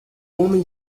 homem